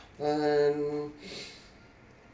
and